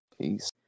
Peace